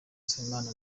nsabimana